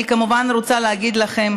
אני כמובן רוצה להגיד לכם